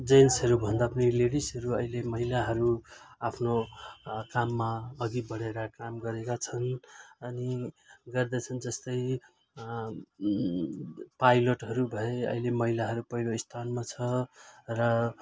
जेन्स्टहरूभन्दा पनि लेडिसहरू अहिले महिलाहरू आफ्नो काममा अघि बढेर काम गरेका छन् अनि गर्दछन् जस्तै पाइलटहरू भए अहिले महिलाहरू पहिलो स्थानमा छ र